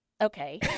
Okay